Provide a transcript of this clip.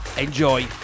Enjoy